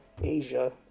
Asia